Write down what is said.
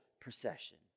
procession